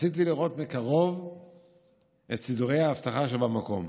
רציתי לראות מקרוב את סידורי האבטחה שבמקום,